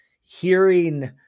hearing